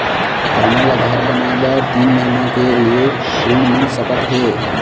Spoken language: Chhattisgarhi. का मोला घर बनाए बर तीन महीना के लिए ऋण मिल सकत हे?